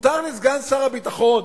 מותר לסגן שר הביטחון,